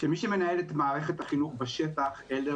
שמי שמנהל את מערכת החינוך בשטח אלה